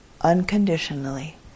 unconditionally